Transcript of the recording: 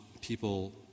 people